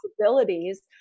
possibilities